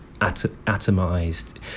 atomized